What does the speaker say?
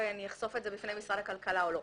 האם אפשר לחשוף את זה בפני משרד הכלכלה או לא.